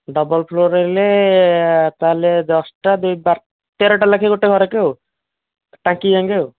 double floor ହେଲେ ତା'ହେଲେ ଦଶଟା ଦୁଇ ବାର ତେରଟା ଲାଗିବ ଗୋଟିଏ ଘରକୁ ଆଉ ଟାଙ୍କିଯାଏ ଆଉ